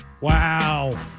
Wow